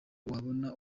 wabona